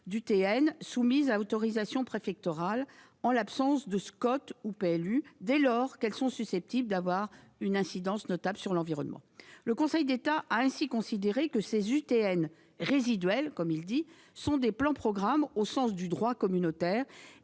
d'UTN soumises à autorisation préfectorale, en l'absence de SCOT ou de PLU, dès lors qu'elles sont susceptibles d'avoir une incidence notable sur l'environnement. Le Conseil d'État a ainsi considéré que ces UTN résiduelles sont des plans-programmes au sens du droit communautaire